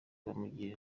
bamugira